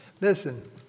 Listen